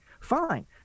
Fine